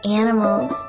animals